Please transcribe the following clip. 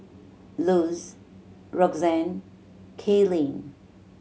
Luz Roxanne Kaelyn